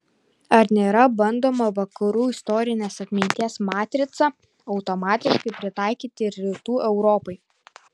ar nėra bandoma vakarų istorinės atminties matricą automatiškai pritaikyti ir rytų europai